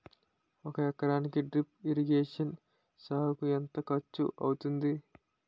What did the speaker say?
ఒక ఎకరానికి drip irrigation సాగుకు ఎంత ఖర్చు అవుతుంది?